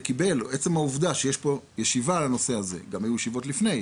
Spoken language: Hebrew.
עצם העובדה שיש פה ישיבה על הנושא הזה - והיו ישיבות גם לפני,